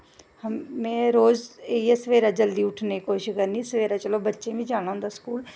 में सवेरै रोज जल्दी उट्ठने दी कोशिश करनी सवेरैं चलो बच्चैं बी जाना होंदा स्कूल